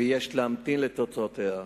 ויש להמתין לתוצאותיה.